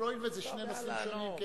אבל הואיל וזה שני נושאים שונים,